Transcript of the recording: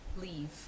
leave